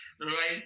Right